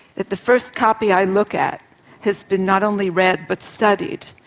that the first copy i look at has been not only read but studied.